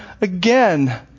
again